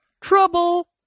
Trouble